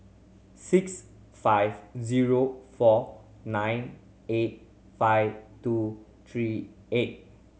six five zero four nine eight five two three eight